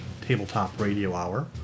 tabletopradiohour